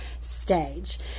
stage